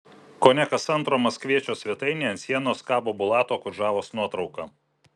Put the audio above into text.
kone kas antro maskviečio svetainėje ant sienos kabo bulato okudžavos nuotrauka